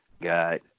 Got